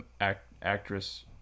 actress